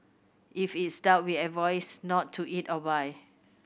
if it's dark we a voice not to eat or buy